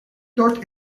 dört